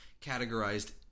categorized